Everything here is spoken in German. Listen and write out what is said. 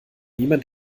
niemand